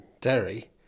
Derry